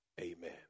Amen